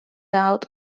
out